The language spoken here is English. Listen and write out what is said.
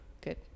Good